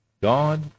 God